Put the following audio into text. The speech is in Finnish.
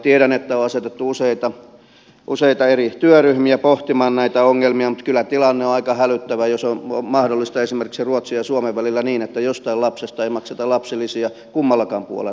tiedän että on asetettu useita eri työryhmiä pohtimaan näitä ongelmia mutta kyllä tilanne on aika hälyttävä jos on mahdollista esimerkiksi ruotsin ja suomen välillä niin että jostain lapsesta ei makseta lapsilisiä kummallakaan puolen rajaa